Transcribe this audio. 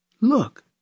Look